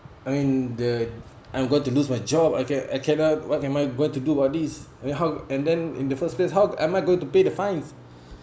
I mean the I'm going to lose my job I can't I cannot what am I what to do about this and then how and then in the first place how am I go to pay the fines